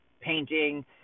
painting